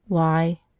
why?